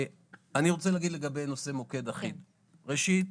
רוצה להגיד לגבי נושא מוקד אחיד: ראשית,